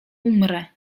umrę